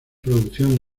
producción